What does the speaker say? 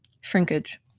shrinkage